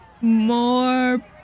More